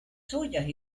suyas